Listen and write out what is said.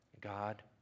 God